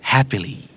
Happily